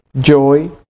Joy